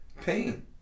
Pain